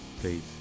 please